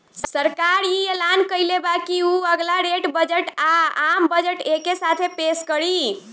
सरकार इ ऐलान कइले बा की उ अगला रेल बजट आ, आम बजट एके साथे पेस करी